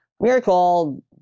miracle